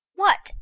what,